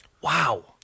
Wow